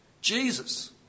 Jesus